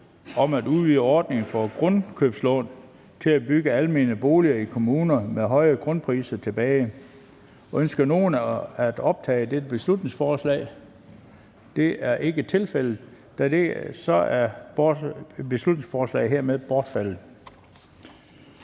om at udvide ordningen for grundkøbslån til at bygge almene boliger i kommuner med høje grundpriser. (Beslutningsforslag nr. B 11). Ønsker nogen at optage dette beslutningsforslag? Da det ikke er tilfældet, er beslutningsforslaget bortfaldet.